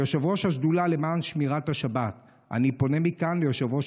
כיושב-ראש השדולה למען שמירת השבת אני פונה מכאן ליושב-ראש